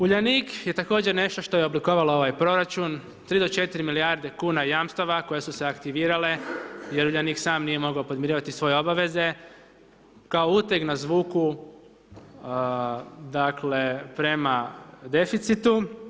Uljanik je također nešto što je oblikovalo ovaj proračun, 3-4 milijarde kuna jamstava koje su se aktivirale, jer Uljanik nije mogao sam podmirivati svoje obaveze, kao uteg nas vuku, dakle, prema deficitu.